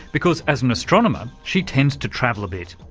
because as an astronomer, she tends to travel a bit.